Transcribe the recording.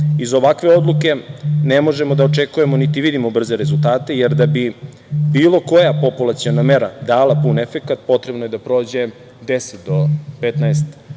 Iz ovakve odluke ne možemo da očekujemo, niti vidimo brze rezultate, jer da bi bilo koja populaciona mera dala pun efekat potrebno je da prođe deset do 15 godina.